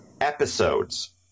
episodes